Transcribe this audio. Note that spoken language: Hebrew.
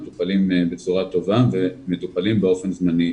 מטופלים בצורה טובה ומטופלים באופן זמני.